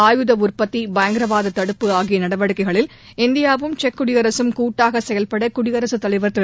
ஆயுத உற்பத்தி பயங்கரவாத தடுப்பு ஆகிய நடவடிக்கைகளில் இந்தியாவும் செக் குடியரசும் கூட்டாக செயல்பட குடியரசுத் தலைவர் திரு